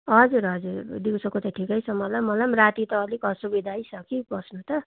हजुर हजुर दिउँसोको त ठिकै छ मलाई पनि मलाई पनि राति त अलिक असुविधै छ कि बस्नु त